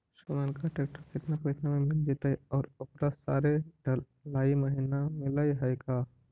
Sonalika tractor केतना पैसा में मिल जइतै और ओकरा सारे डलाहि महिना मिलअ है का?